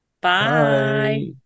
Bye